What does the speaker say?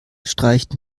streicht